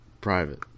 private